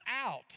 out